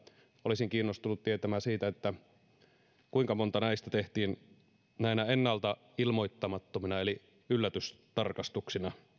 olisin kiinnostunut tietämään siitä kuinka monta näistä tehtiin näinä ennalta ilmoittamattomina eli yllätystarkastuksina